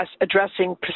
addressing